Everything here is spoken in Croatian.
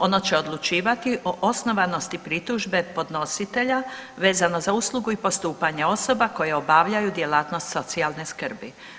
Ono će odlučivati o osnovanosti pritužbe podnositelja vezano za uslugu i postupanje osoba koje obavljaju djelatnost socijalne skrbi.